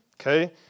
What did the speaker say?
Okay